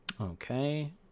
Okay